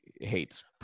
hates